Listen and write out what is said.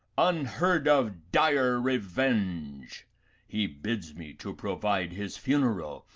unheard of, dire revenge he bids me to provide his funeral,